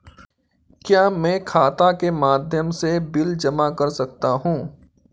क्या मैं खाता के माध्यम से बिल जमा कर सकता हूँ?